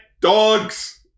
dogs